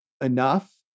enough